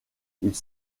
ils